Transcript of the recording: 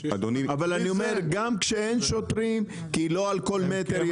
אבל גם כשאין שוטרים, כי לא על כל מטר יש שוטר.